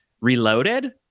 reloaded